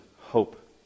hope